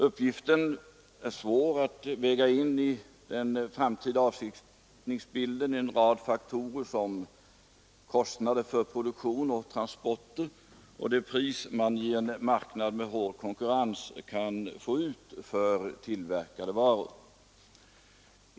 Det är en svår uppgift att i den framtida avsättningsbilden väga in en rad faktorer, såsom kostnader för produktion och transporter och det pris man i en marknad med mycket hård konkurrens kan få ut för tillverkade varor.